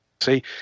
see